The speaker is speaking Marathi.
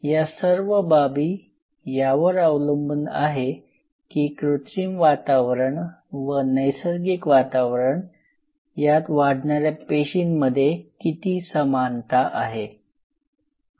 या सर्व बाबी यावर अवलंबून आहे की कृत्रिम वातावरण व नैसर्गिक वातावरण यात वाढणाऱ्या पेशींमध्ये किती समानता आहे